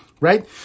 right